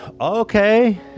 Okay